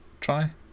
try